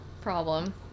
problem